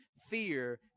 fear